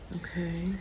Okay